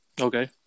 Okay